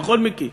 נכון, מיקי?